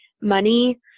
money